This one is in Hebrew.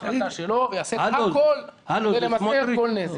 החלטה שלו ויעשה הכול כדי למזער כל נזק.